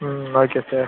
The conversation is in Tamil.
ம் ஓகே சார்